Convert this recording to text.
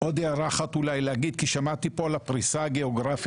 עוד הערה אחת אולי להגיד כי שמעתי פה על הפריסה הגיאוגרפית,